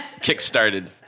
kick-started